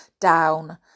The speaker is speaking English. down